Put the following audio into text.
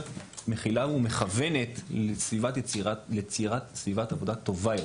מכילה ומכוונת ליצירת סביבת עבודה טובה יותר.